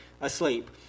asleep